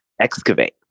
excavate